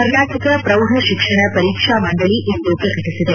ಕರ್ನಾಟಕ ಪ್ರೌಢಶಿಕ್ಷಣ ಪರೀಕ್ಷಾ ಮಂಡಳಿ ಇಂದು ಪ್ರಕಟಿಸಿದೆ